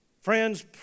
Friends